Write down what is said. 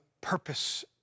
purpose